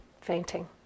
fainting